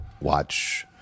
watch